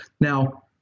Now